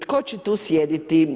Tko će tu sjediti?